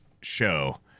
show